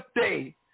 day